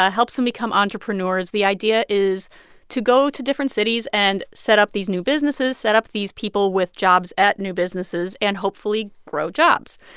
ah helps them become entrepreneurs. the idea is to go to different cities and set up these new businesses, set up these people with jobs at new businesses and hopefully grow jobs.